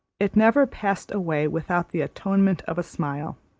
it never passed away without the atonement of a smile.